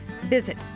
Visit